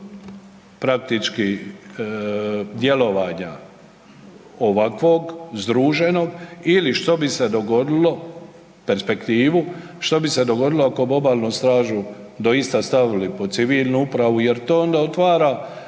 praktički djelovanja ovakvog združenog ili što bi se dogodilo, perspektivu, što bi se dogodili ako bi obalnu stražu doista stavili pod civilnu upravu jer to onda otvara